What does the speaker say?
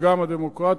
וגם הדמוקרטי.